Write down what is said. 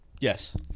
yes